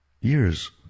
Years